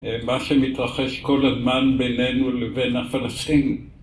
מה שמתרחש כל הזמן בינינו לבין הפלסטינים